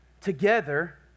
together